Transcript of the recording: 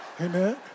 Amen